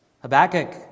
Habakkuk